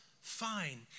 fine